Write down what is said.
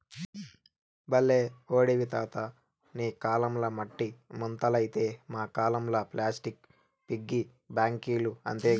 బల్లే ఓడివి తాతా నీ కాలంల మట్టి ముంతలైతే మా కాలంల ప్లాస్టిక్ పిగ్గీ బాంకీలు అంతేగా